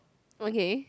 okay